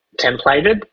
templated